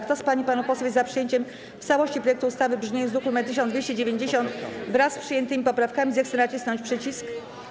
Kto z pań i panów posłów jest za przyjęciem w całości projektu ustawy w brzmieniu z druku nr 1290, wraz z przyjętymi poprawkami, zechce nacisnąć przycisk.